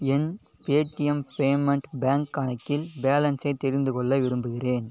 என் Paytm payment bank கணக்கில் பேலன்ஸை தெரிந்துகொள்ள விரும்புகிறேன்